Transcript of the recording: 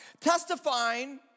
testifying